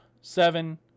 seven